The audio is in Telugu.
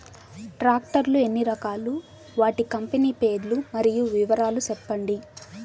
టాక్టర్ లు ఎన్ని రకాలు? వాటి కంపెని పేర్లు మరియు వివరాలు సెప్పండి?